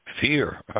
Fear